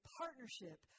partnership